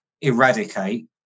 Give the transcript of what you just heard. eradicate